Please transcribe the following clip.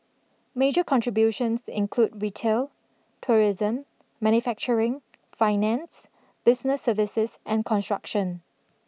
major contributions include retail tourism manufacturing finance business services and construction